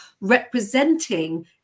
representing